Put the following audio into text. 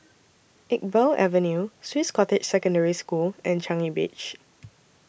Iqbal Avenue Swiss Cottage Secondary School and Changi Beach